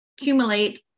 accumulate